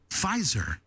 Pfizer